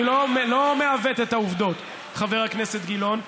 אני לא מעוות את העובדות, חבר הכנסת גילאון.